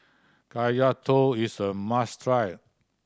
Kaya Toast is a must try